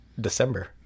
December